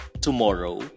tomorrow